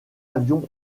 avions